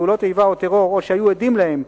נפגעי פעולות איבה או טרור או שהיו עדים להן,